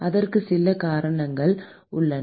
அதற்கு சில நல்ல காரணங்கள் உள்ளன